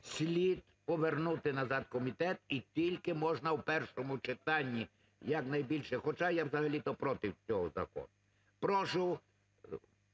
слід повернути назад в комітет і тільки можна в першому читанні, якнайбільше, хоча я взагалі-то проти цього закону. Прошу